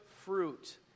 fruit